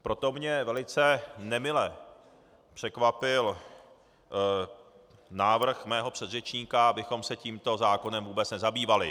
Proto mě velice nemile překvapil návrh mého předřečníka, abychom se tímto zákonem vůbec nezabývali.